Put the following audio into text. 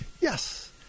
yes